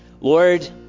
Lord